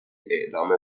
اعلام